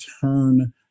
turn